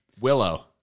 Willow